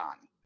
on